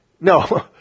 No